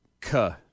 K-